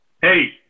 Hey